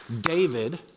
David